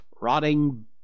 rotting